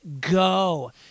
go